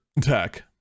tech